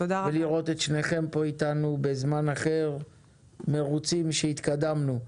ולראות את שניכם פה איתנו בזמן אחר מרוצים שהתקדמנו.